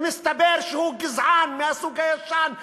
ומסתבר שהוא גזען מהסוג הישן,